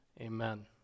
Amen